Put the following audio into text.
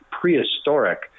prehistoric